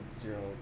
zero